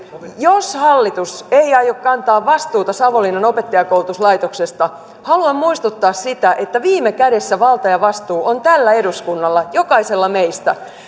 jos hallitus ei aio kantaa vastuuta savonlinnan opettajankoulutuslaitoksesta haluan muistuttaa sitä siitä että viime kädessä valta ja vastuu on tällä eduskunnalla jokaisella meistä